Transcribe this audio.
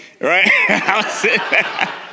right